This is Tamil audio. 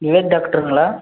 நிவேத் டாக்ட்ருங்களா